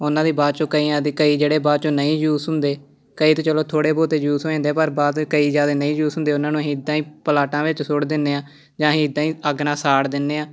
ਉਹਨਾਂ ਦੀ ਬਾਅਦ 'ਚੋਂ ਕਈਆਂ ਦੀ ਕਈ ਜਿਹੜੇ ਬਾਅਦ 'ਚੋਂ ਨਹੀਂ ਯੂਜ ਹੁੰਦੇ ਕਈ ਤਾਂ ਚਲੋ ਥੋੜ੍ਹੇ ਬਹੁਤ ਯੂਜ ਹੋ ਜਾਂਦੇ ਪਰ ਬਾਅਦ ਕਈ ਜਦ ਨਹੀਂ ਯੂਜ਼ ਹੁੰਦੇ ਉਹਨਾਂ ਨੂੰ ਅਸੀਂ ਇੱਦਾਂ ਹੀ ਪਲਾਟਾਂ ਵਿੱਚ ਸੁੱਟ ਦਿੰਦੇ ਹਾਂ ਜਾਂ ਅਸੀਂ ਇੱਦਾਂ ਹੀ ਅੱਗ ਨਾਲ਼ ਸਾੜ ਦਿੰਦੇ ਹਾਂ